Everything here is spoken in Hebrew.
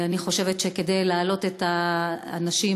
אני חושבת שכדי להעלות את האנשים,